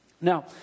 Now